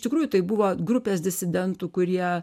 iš tikrųjų tai buvo grupes disidentų kurie